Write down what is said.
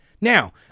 Now